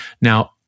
Now